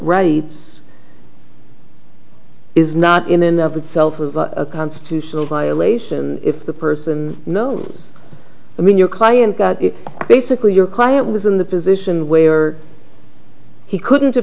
raids is not in and of itself a constitutional violation if the person knows i mean your client got it basically your client was in the position where he couldn't